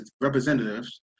representatives